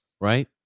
right